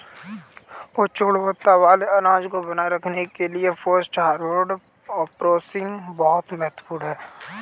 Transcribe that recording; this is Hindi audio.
उच्च गुणवत्ता वाले अनाज को बनाए रखने के लिए पोस्ट हार्वेस्ट प्रोसेसिंग बहुत महत्वपूर्ण है